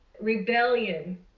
rebellion